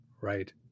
right